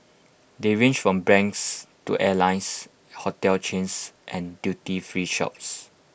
they range from banks to airlines hotel chains and duty free shops